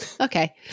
Okay